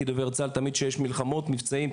כי דובר צה"ל תמיד שיש מלחמות ומבצעים,